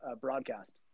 broadcast